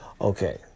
Okay